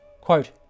Quote